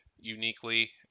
uniquely